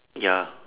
ya